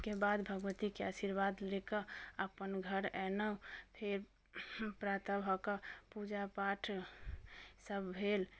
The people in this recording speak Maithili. के बाद भगवतीके आशीर्वाद लेकऽ अपन घर एनहुँ फेर प्रातः भऽ कऽ पूजा पाठ सभ भेल